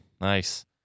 nice